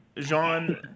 Jean